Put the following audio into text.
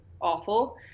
awful